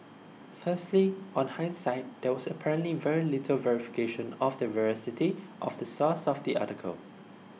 firstly on hindsight there was apparently very little verification of the veracity of the source of the sir article